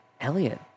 Elliot